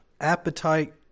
appetite